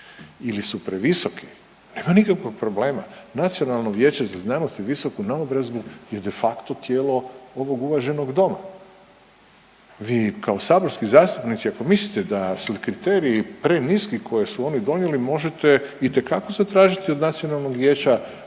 ili su previsoki nema nikakvog problema. Nacionalno vijeće za znanost i visoku naobrazbu je de facto tijelo ovog uvaženog doma. Vi kao saborski zastupnici mislite da su kriteriji preniski koje su oni donijeli možete itekako zatražiti od nacionalnog vijeća